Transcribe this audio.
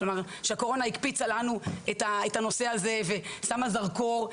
שהקורונה הקפיצה לנו את הנושא הזה ושמה זרקור,